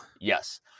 Yes